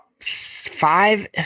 five